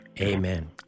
Amen